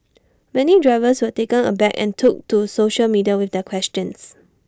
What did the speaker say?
many drivers were taken aback and took to social media with their questions